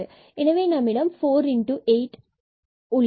எனவே நம்மிடம் 428 உள்ளது